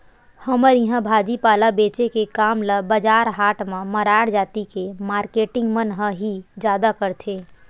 हमर इहाँ भाजी पाला बेंचे के काम ल बजार हाट म मरार जाति के मारकेटिंग मन ह ही जादा करथे